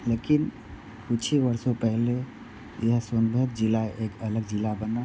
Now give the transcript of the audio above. लेकिन कुछ ही वर्षों पहले यह सोनभद्र ज़िला एक अलग ज़िला बना